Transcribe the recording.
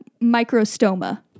microstoma